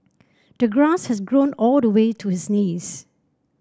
the grass has grown all the way to his knees